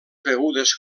begudes